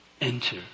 enter